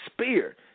spear